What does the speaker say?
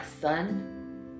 son